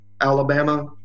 Alabama